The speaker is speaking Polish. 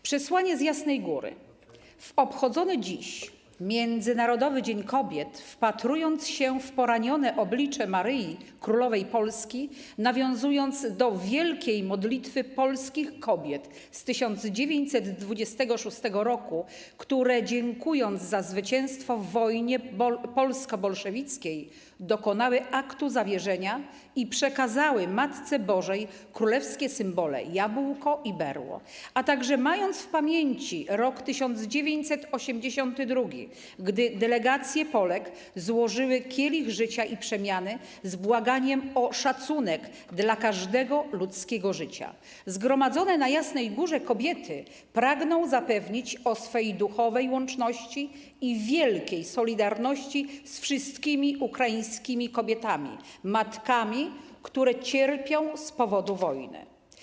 Przesłanie z Jasnej Góry: W obchodzony dziś Międzynarodowy Dzień Kobiet, wpatrując się w poranione oblicze Maryi Królowej Polski, nawiązując do wielkiej modlitwy polskich kobiet z 1926 r., które dziękując za zwycięstwo w wojnie polsko-bolszewickiej, dokonały aktu zawierzenia i przekazały Matce Bożej królewskie symbole: jabłko i berło, a także mając w pamięci rok 1982, gdy delegacje Polek złożyły kielich życia i przemiany z błaganiem o szacunek dla każdego ludzkiego życia, zgromadzone na Jasnej Górze kobiety pragną zapewnić o swej duchowej łączności i wielkiej solidarności z wszystkimi ukraińskimi kobietami, matkami, które cierpią z powodu wojny.